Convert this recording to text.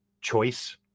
choice